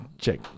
Check